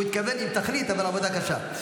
הוא התכוון עם תכלית, אבל עבודה קשה.